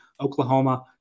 Oklahoma